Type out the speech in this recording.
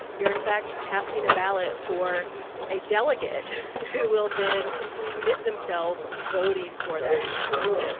you're in fact casting a ballot for a delegate who will then commit themselves to voting for that candidate.